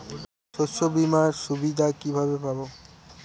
শস্যবিমার সুবিধা কিভাবে পাবো?